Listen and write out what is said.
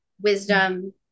wisdom